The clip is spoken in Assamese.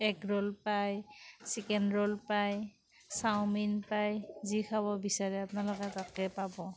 এগ ৰ'ল পায় চিকেন ৰ'ল পায় চাউমিন পায় যি খাব বিচাৰে আপোনালোকে তাকে পাব